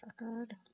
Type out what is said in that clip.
record